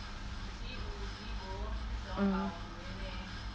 mm